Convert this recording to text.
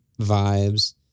vibes